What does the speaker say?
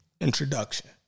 introduction